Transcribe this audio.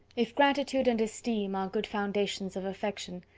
if gratitude and esteem are good foundations of affection,